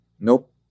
nope